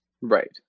Right